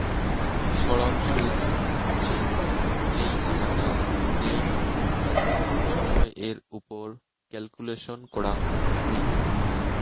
সরল সুদ হসে যেই টাকাটা রেট সময় এর ওপর ক্যালকুলেট করাঙ হই